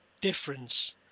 difference